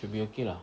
should be okay lah